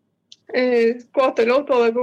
e kuo toliau tuo labiau